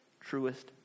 truest